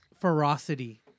ferocity